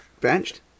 benched